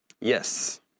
yes